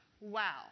wow